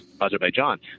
Azerbaijan